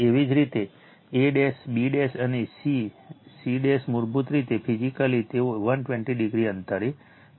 એવી જ રીતે a b અને c c મૂળભૂત રીતે ફિઝિકલી તેઓ 120o અંતરે છે